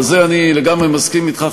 בזה אני לגמרי מסכים אתך,